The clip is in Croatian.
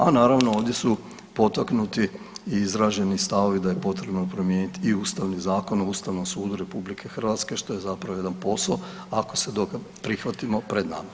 A naravno ovdje su potaknuti i izraženi stavovi da je potrebno promijeniti i Ustavni zakon o Ustavnom sudu RH što je zapravo jedan posao ako se toga prihvatimo pred nama.